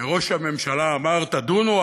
שראש הממשלה אמר: תדונו,